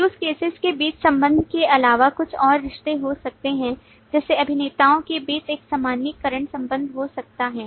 use cases के बीच संबंध के अलावा कुछ और रिश्ते हो सकते हैं जैसे अभिनेताओं के बीच एक सामान्यीकरण संबंध हो सकता है